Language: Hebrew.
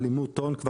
הלימות הון.